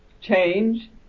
change